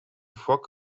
frock